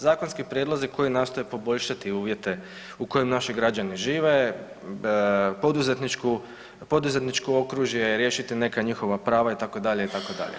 Zakonski prijedlozi koji nastoje poboljšati uvjete u kojim naši građani žive, poduzetničko okružje, riješiti neka njihova prava itd., itd.